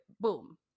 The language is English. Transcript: boom